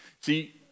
See